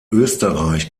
österreich